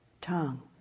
tongue